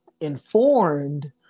informed